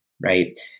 Right